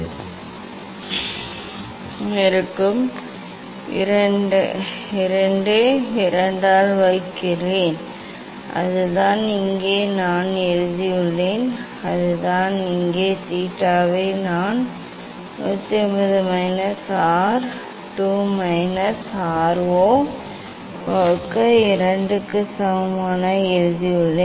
theta நான் 180 மைனஸாக இருப்பேன் இந்த ஆர் 2 மைனஸ் ஆர் 0 ஐ 2 ஆல் வகுக்கிறேன் அதுதான் இங்கே நான் எழுதியுள்ளேன் அதுதான் இங்கே தீட்டாவை நான் 180 மைனஸ் ஆர் 2 மைனஸ் ஆர் 0 வகுக்க 2 க்கு சமமாக எழுதியுள்ளோம்